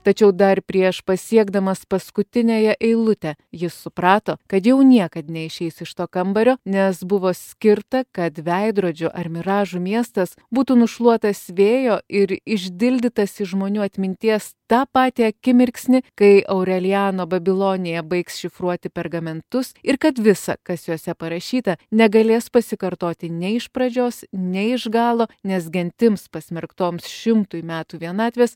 tačiau dar prieš pasiekdamas paskutiniąją eilutę jis suprato kad jau niekad neišeis iš to kambario nes buvo skirta kad veidrodžių ar miražų miestas būtų nušluotas vėjo ir išdildytas iš žmonių atminties tą patį akimirksnį kai aurelijano babilonija baigs šifruoti pergamentus ir kad visa kas juose parašyta negalės pasikartoti nei iš pradžios nei iš galo nes gentims pasmerktoms šimtui metų vienatvės